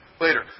Later